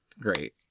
Great